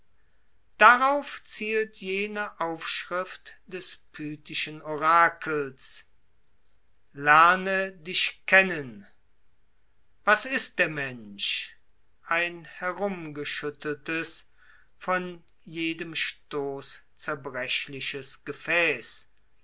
darauf zielt jene aufschrift des pythischen orakels lerne dich kennen was ist der mensch ein herumgeschütteltes von jedem stoß zerbrechliches gefäß